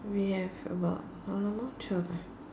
we have about how long more twelve ah